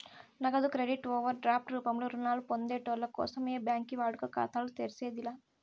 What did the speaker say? నగదు credit overdraft రూపంలో రుణాలు పొందేటోళ్ళ కోసం ఏ బ్యాంకి వాడుక ఖాతాలు తెర్సేది లా